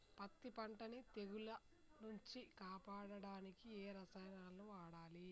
పత్తి పంటని తెగుల నుంచి కాపాడడానికి ఏ రసాయనాలను వాడాలి?